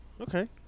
Okay